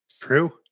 True